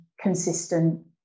consistent